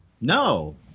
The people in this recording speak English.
no